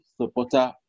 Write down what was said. supporter